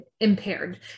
impaired